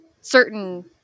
certain